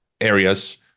areas